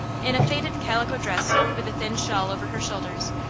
in a faded calico dress with a thin shawl over her shoulders,